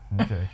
okay